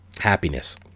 happiness